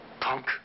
punk